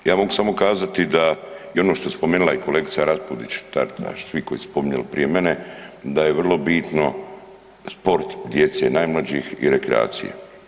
Ja mogu samo kazati da, i ono što je spomenula i kolegica Raspudić i Taritaš i svi koji su spominjali prije mene, da je vrlo bitno sport djece, najmlađih i rekreacija.